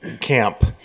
camp